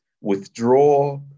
withdraw